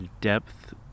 depth